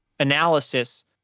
analysis